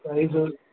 price